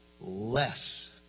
less